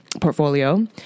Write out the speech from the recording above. portfolio